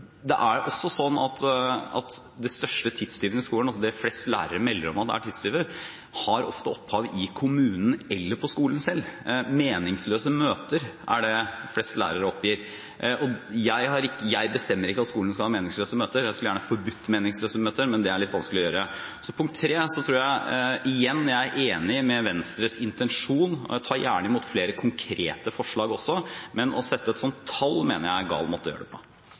flest lærere melder fra om er tidstyver, har ofte opphav i kommunen eller på skolen selv. Meningsløse møter er det som flest lærere oppgir. Jeg bestemmer ikke at skoler skal ha meningsløse møter. Jeg skulle gjerne forbudt meningsløse møter, men det er litt vanskelig å gjøre. For det tredje: Igjen, jeg er enig i Venstres intensjon, og jeg tar gjerne imot flere konkrete forslag, men å sette et slikt tall mener jeg er gal måte å gjøre det på.